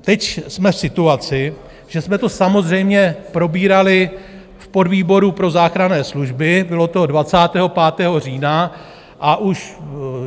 Teď jsme v situaci, že jsme to samozřejmě probírali v podvýboru pro záchranné služby, bylo to 25. října, a už